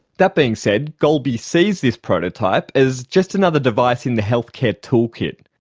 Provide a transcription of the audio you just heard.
that being said, golby sees this prototype as just another device in the healthcare toolkit.